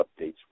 updates